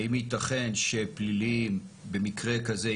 האם יתכן שפליליים במקרה כזה,